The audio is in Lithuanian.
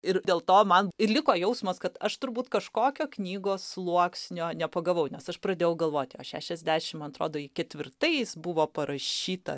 ir dėl to man ir liko jausmas kad aš turbūt kažkokio knygos sluoksnio nepagavau nes aš pradėjau galvoti o šešiasdešim man atrodo ji ketvirtais buvo parašyta